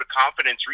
confidence